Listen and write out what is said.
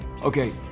okay